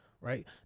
Right